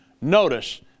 Notice